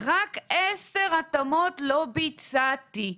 רק 10 התאמות לא ביצעתי,